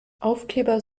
aufkleber